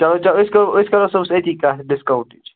چلو چلو أسۍ کرو أسۍ کَرو صُبحس أتی کَتھ ڈِسکاوُنٛٹٕچ